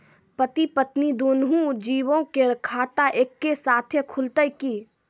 पति पत्नी दुनहु जीबो के खाता एक्के साथै खुलते की?